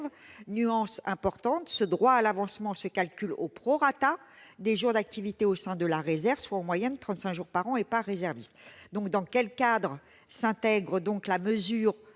Nuance importante, ce droit à l'avancement se calcule au prorata des jours d'activité au sein de la réserve, soit en moyenne 35 jours par an et par réserviste. Dans quel cadre s'intègre donc la mesure